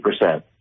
percent